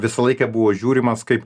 visą laiką buvo žiūrimas kaip